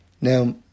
Now